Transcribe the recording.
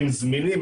הם זמינים,